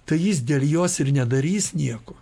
tai jis dėl jos ir nedarys nieko